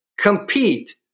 Compete